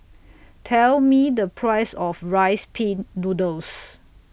Tell Me The Price of Rice Pin Noodles